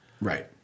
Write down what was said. right